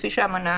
כפי שהאמנה